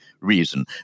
reason